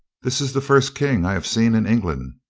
this is the first king i have seen in england,